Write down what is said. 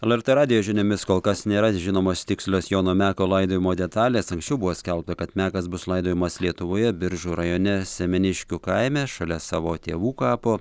lrt radijo žiniomis kol kas nėra žinomos tikslios jono meko laidojimo detalės anksčiau buvo skelbta kad mekas bus laidojamas lietuvoje biržų rajone semeniškių kaime šalia savo tėvų kapo